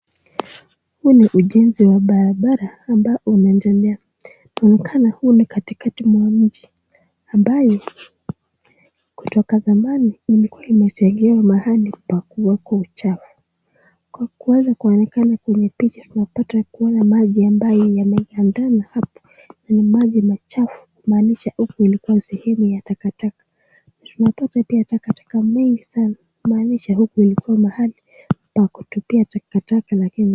Huu ni ujenzi wa barabara ambao unaendelea . Inaonekana huu ni katika mwa mji, ambaye Kutoka zamani imekuwa imejengewa mahili pa kuwekwa uchafu kwa kuweza kuonekana kwenye picha tunapaya kuona maji ambaye yamegandana hapo na ni maji machafu kumaanisha huku ilikuwa sehemu ya takataka . Tunapata pia takataka mengi sana kumanisha huku ilikuwa maalai pa kutupia takataka lakini .